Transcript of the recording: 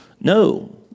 No